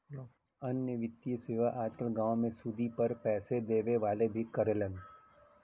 अन्य वित्तीय सेवा आज कल गांव में सुदी पर पैसे देवे वाले भी करलन